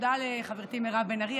תודה לחברתי מירב בן ארי,